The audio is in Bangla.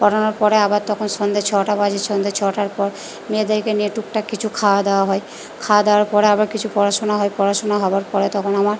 পড়ানোর পরে আবার তখন সন্ধে ছটা বাজে সন্ধে ছটার পর মেয়েদেরকে নিয়ে টুকটাক কিছু খাওয়া দাওয়া হয় খাওয়া দাওয়ার পরে আবার কিছু পড়াশোনা হয় পড়াশোনা হবার পরে তখন আমার